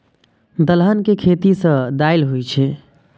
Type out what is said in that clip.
दलहन के खेती सं दालि होइ छै